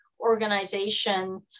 organization